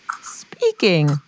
Speaking